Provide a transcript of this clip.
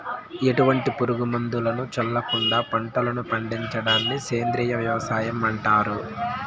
ఎటువంటి పురుగు మందులను చల్లకుండ పంటలను పండించడాన్ని సేంద్రీయ వ్యవసాయం అంటారు